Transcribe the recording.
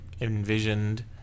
envisioned